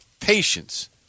Patience